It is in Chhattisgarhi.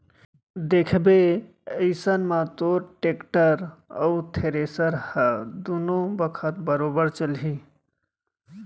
देखबे अइसन म तोर टेक्टर अउ थेरेसर ह दुनों बखत बरोबर चलही